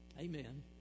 Amen